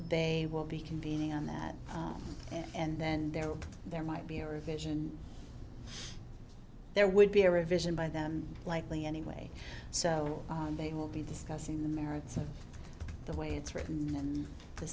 they will be convening on that and then there there might be a revision there would be a revision by them likely anyway so they will be discussing the merits of the way it's written